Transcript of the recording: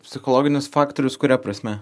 psichologinis faktorius kuria prasme